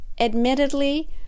Admittedly